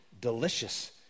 delicious